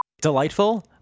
Delightful